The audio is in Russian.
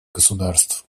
государств